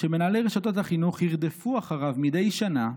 שמנהלי רשתות החינוך ירדפו אחריו מדי שנה,